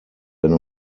wenn